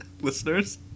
listeners